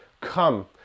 Come